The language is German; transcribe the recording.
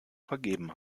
vergeben